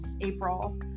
April